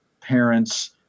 Parents